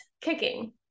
kicking